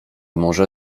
może